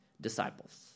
disciples